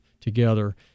together